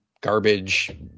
garbage